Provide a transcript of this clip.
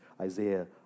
Isaiah